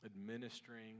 administering